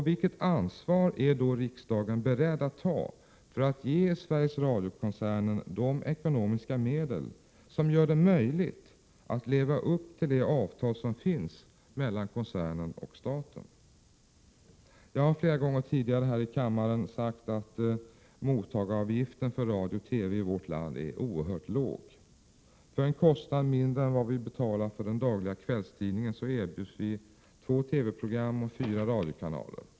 Vilket ansvar är då riksdagen beredd att ta för att ge Sveriges Radio-koncernen de ekonomiska medel som gör det möjligt att leva upp till det avtal som finns mellan koncernen och staten? Jag har flera gånger tidigare här i kammaren sagt att mottagaravgiften för radio och TV i vårt land är oerhört låg. För mindre än vad vi betalar för den dagliga kvällstidningen erbjuds vi två TV-program och fyra radiokanaler.